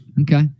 Okay